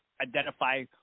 identify